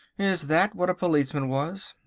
is that what a policeman was?